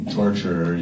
torture